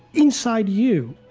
inside you,